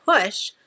push